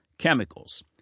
chemicals